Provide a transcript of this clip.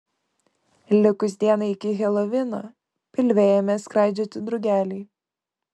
likus dienai iki helovino pilve ėmė skraidžioti drugeliai